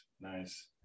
Nice